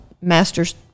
master's